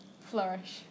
flourish